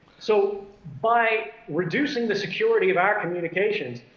so by reducing the security of our communications,